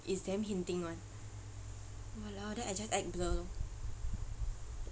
it's damn hinting [one] !walao! then I just act blur